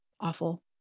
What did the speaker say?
awful